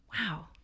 Wow